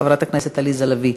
חברת הכנסת עליזה לביא,